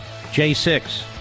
J6